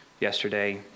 yesterday